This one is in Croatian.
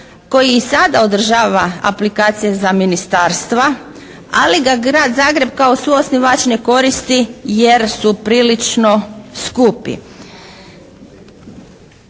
koji i sada održava aplikacije za ministarstva ali ga grad Zagreb kao suosnivač ne koristi jer su prilično skupi.